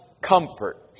comfort